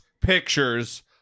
pictures